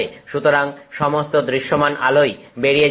সুতরাং সমস্ত দৃশ্যমান আলোই বেরিয়ে যাবে